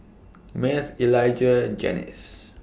Math Elijah Janis